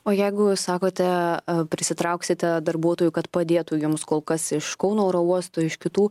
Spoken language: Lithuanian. o jeigu jūs sakote prisitrauksite darbuotojų kad padėtų jums kol kas iš kauno oro uosto iš kitų